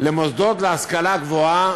למוסדות להשכלה גבוהה